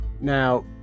Now